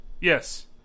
Yes